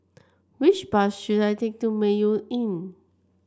which bus should I take to Mayo Inn